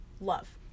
love